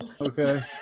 okay